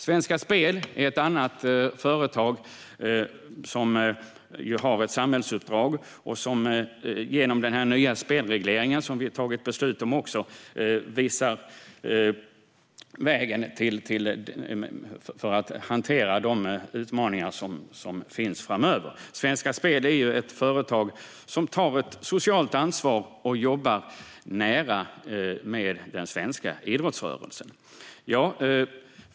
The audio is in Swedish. Svenska Spel är ett annat företag som har ett samhällsuppdrag och som genom den nya spelreglering som vi har tagit beslut om visar vägen för att hantera de utmaningar som finns framöver. Svenska Spel är ett företag som tar ett socialt ansvar och jobbar nära den svenska idrottsrörelsen.